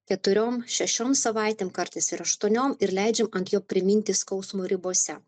keturiom šešiom savaitėm kartais ir aštuoniom ir leidžiam ant jo priminti skausmo ribose